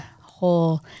whole